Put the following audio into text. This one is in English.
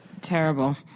Terrible